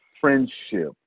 friendship